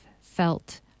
felt